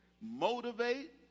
motivate